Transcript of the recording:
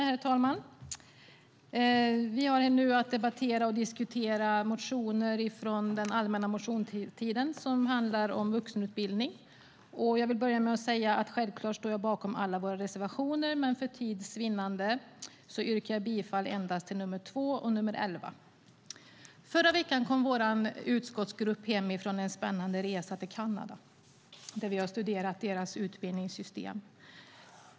Herr talman! Vi har nu att debattera och diskutera motioner om vuxenutbildning från den allmänna motionstiden. Jag vill börja med att säga att jag självklart står bakom alla våra reservationer, men för tids vinnande yrkar jag bifall endast till nr 2 och nr 11. Förra veckan kom vår utskottsgrupp hem från en spännande resa till Kanada, där vi studerade deras utbildningssystem.